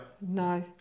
No